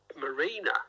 marina